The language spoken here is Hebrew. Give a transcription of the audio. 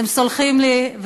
אתם סולחים לי.